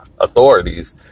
authorities